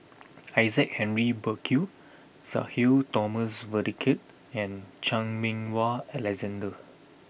Isaac Henry Burkill Sudhir Thomas Vadaketh and Chan Meng Wah Alexander